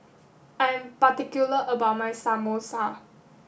I am particular about my Samosa